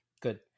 Good